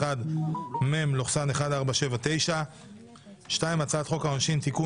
התשפ"ב-2021 (מ/1479); 2. הצעת חוק העונשין (תיקון